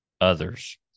others